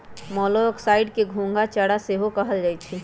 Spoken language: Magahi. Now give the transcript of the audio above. मोलॉक्साइड्स के घोंघा चारा सेहो कहल जाइ छइ